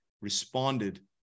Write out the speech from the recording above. responded